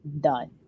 done